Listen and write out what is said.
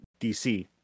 DC